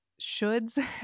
shoulds